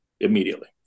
immediately